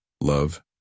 love